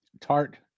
tart